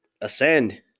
ascend